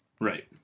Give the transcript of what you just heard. Right